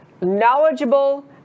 knowledgeable